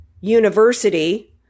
University